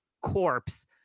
corpse